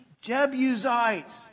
Jebusites